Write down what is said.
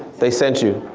they sent you,